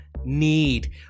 need